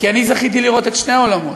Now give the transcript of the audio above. כי אני זכיתי לראות את שני העולמות,